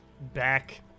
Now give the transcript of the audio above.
back